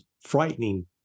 frightening